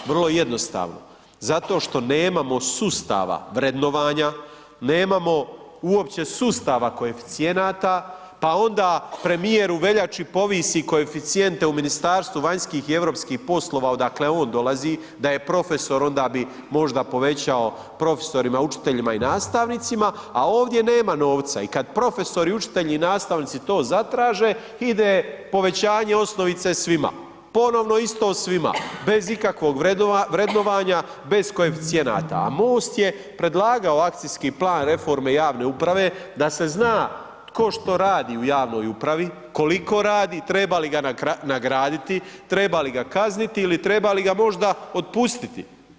Vrlo jednostavno, zato što nemamo sustava vrednovanja, nemamo uopće sustava koeficijenata pa onda premijer u veljači povisi koeficijente u Ministarstvu vanjskih i europskih poslova odakle on dolazi, da je profesor onda bi možda povećao profesorima, učiteljima i nastavnicima, a ovdje nema novca i kad profesori, učitelji i nastavnici to zatraže ide povećanje osnovice svima, ponovno isto svima, bez ikakvog vrednovanja, bez koeficijenata, a MOST je predlagao akcijski plan reforme javne uprave, da se znat tko što radi u javnoj upravi, koliko radi treba li ga nagraditi, treba li ga kazniti ili treba li ga možda otpustiti.